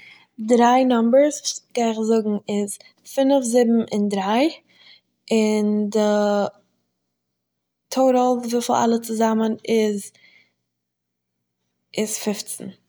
דריי נאמבערס גיי איך זאגן איז: פינף זיבן און דריי, און טוטאל וויפיל אלע צוזאמען איז, איז פופצן